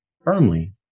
firmly